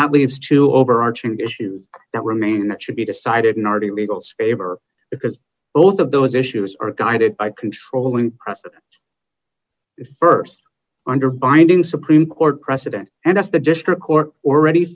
that leaves two overarching issues that remain that should be decided in already legals aber because both of those issues are guided by controlling first under binding supreme court precedent and as the district court already